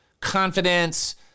confidence